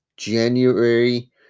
January